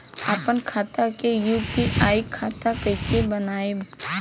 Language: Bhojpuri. आपन खाता के यू.पी.आई खाता कईसे बनाएम?